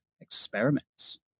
experiments